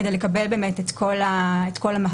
כדי לקבל את כל המהלך.